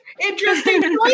Interesting